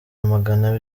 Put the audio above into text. amagana